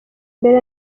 mbere